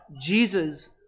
Jesus